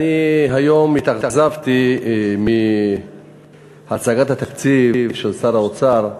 אני היום התאכזבתי מהצגת התקציב של שר האוצר.